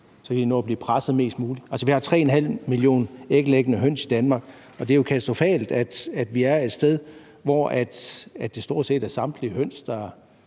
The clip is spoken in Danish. så kan de nå at blive presset mest muligt? Vi har 3,5 millioner æglæggende høns i Danmark, og det er jo katastrofalt, at vi er et sted, hvor det stort set er samtlige høns, der